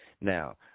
Now